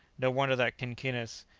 no wonder that quinquinas,